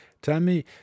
Tammy